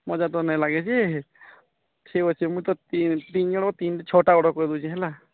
ମଜା ତ ନାଇଁ ଲାଗେ ଯେ ଠିକ୍ ଅଛି ମୁଇଁ ତ ଛଟା ଅର୍ଡ଼ର୍ କରିଦଉଛି ହେଲା